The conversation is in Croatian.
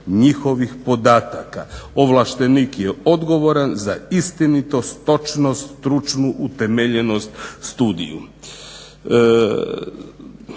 njihovih podataka. Ovlaštenik je odgovoran za istinitost, točnost, stručnu utemeljenost studije.